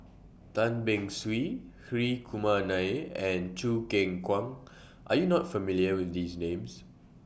Tan Beng Swee Hri Kumar Nair and Choo Keng Kwang Are YOU not familiar with These Names